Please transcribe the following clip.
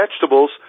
vegetables